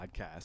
podcast